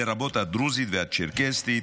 לרבות הדרוזית והצ'רקסית,